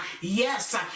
Yes